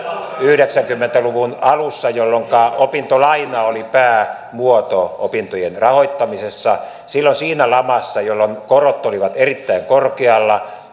yhdeksänkymmentä luvun alussa jolloinka opintolaina oli päämuoto opintojen rahoittamisessa silloin siinä lamassa jolloin korot olivat erittäin korkealla